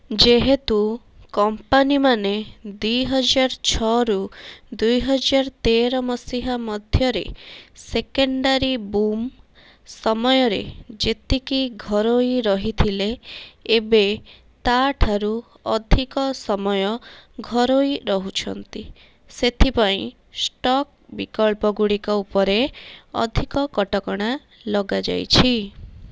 ଯେହେତୁ କମ୍ପାନୀମାନେ ଦୁଇହାଜାର ଛଅରୁ ଦୁଇହାଜାର ତେର ମସିହା ମଧ୍ୟରେ ସେକେଣ୍ଡାରୀ ବୁମ୍ ସମୟରେ ଯେତିକି ଘରୋଇ ରହିଥିଲେ ଏବେ ତା'ଠାରୁ ଅଧିକ ସମୟ ଘରୋଇ ରହୁଛନ୍ତି ସେଥିପାଇଁ ଷ୍ଟକ୍ ବିକଳ୍ପଗୁଡ଼ିକ ଉପରେ ଅଧିକ କଟକଣା ଲଗାଯାଇଛି